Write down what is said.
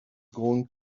going